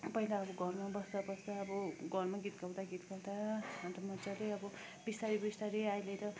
पहिला अब घरमा बस्दा बस्दा अब घरमा गीत गाउँदा गीत गाउँदा अन्त मजाले अब बिस्तारै बिस्तारै अहिले त